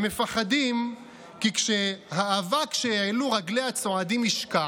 הם מפחדים כי כשהאבק שהעלו רגלי הצועדים ישקע